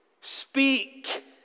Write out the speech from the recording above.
Speak